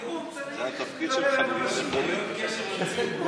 זה התפקיד שלך, ממלא חורים?